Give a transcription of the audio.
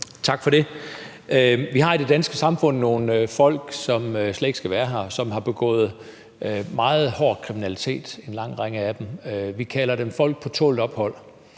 Tak for det. Vi har i det danske samfund nogle folk, som slet ikke skal være her, og hvoraf en lang række har begået meget hård kriminalitet – vi kalder dem folk på tålt ophold